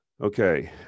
Okay